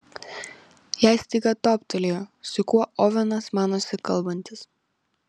jai staiga toptelėjo su kuo ovenas manosi kalbantis